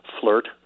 flirt